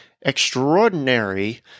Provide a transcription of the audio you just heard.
Extraordinary